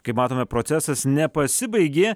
kaip matome procesas nepasibaigė